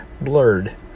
blurred